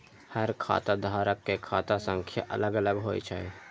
हर खाता धारक के खाता संख्या अलग अलग होइ छै